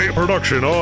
production